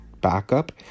backup